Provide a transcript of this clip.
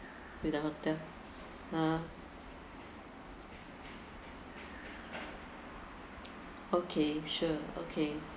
with the hotel yeah okay sure okay